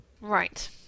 Right